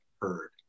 heard